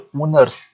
owners